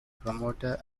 promoted